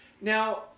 Now